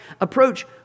approach